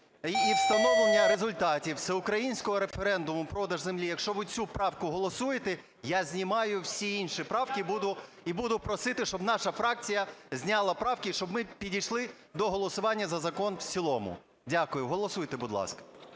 і встановлення результатів всеукраїнського референдуму продаж землі", якщо ви цю правку голосуєте, я знімаю всі інші правки, і буду просити, щоб наша фракція зняла правки, і щоб ми підійшли до голосування за закон в цілому. Дякую. Голосуйте, будь ласка.